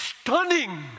stunning